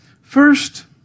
First